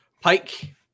Pike